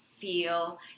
feel